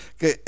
che